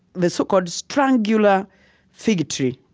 the so-called strangler fig tree.